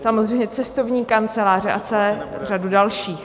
Samozřejmě cestovní kanceláře a celou řadu dalších.